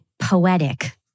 poetic